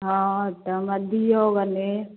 हँ तऽ हमर दिऔ गन्ने